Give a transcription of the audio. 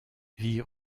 vit